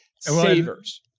savers